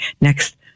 Next